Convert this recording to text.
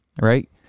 right